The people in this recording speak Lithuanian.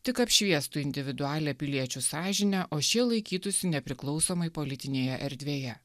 tik apšviestų individualią piliečių sąžinę o šie laikytųsi nepriklausomai politinėje erdvėje